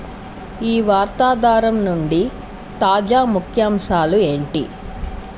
ఈ వార్తా ధార నుండి తాజా ముఖ్యాంశాలు ఏంటి